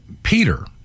Peter